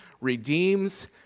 redeems